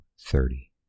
thirty